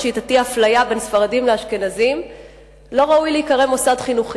שיטתי לאפליה בין ספרדים לאשכנזים לא ראוי להיקרא מוסד חינוכי,